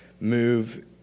move